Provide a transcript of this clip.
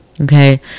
Okay